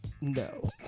no